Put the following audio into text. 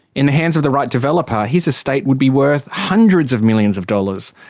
in the hands of the right developer, his estate would be worth hundreds of millions of dollars,